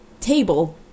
table